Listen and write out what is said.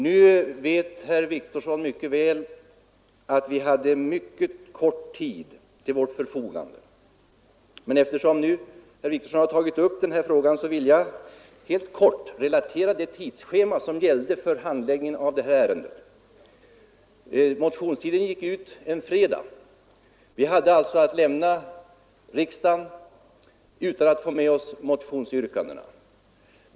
Nu vet herr Wictorsson mycket väl att vi hade oerhört kort tid till vårt förfogande, men eftersom han här har tagit upp denna fråga vill jag helt kort relatera det tidsschema som gällde för handläggningen av detta ärende. Motionstiden gick ut en fredag. Vi fick då lämna riksdagen utan att få med oss motionsyrkandena.